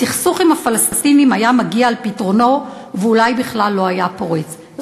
הסכסוך עם הפלסטינים היה מגיע אל פתרונו ואולי בכלל לא היה פורץ,